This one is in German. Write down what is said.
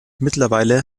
mittlerweile